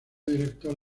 director